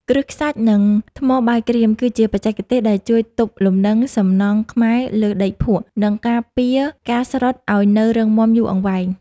គ្រឹះខ្សាច់ និង ថ្មបាយក្រៀមគឺជាបច្ចេកទេសដែលជួយទប់លំនឹងសំណង់ខ្មែរលើដីភក់ និង ការពារការស្រុតឱ្យនៅរឹងមាំយូរអង្វែង។